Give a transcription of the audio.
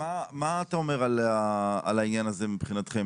מה אתה אומר על העניין הזה מבחינתכם?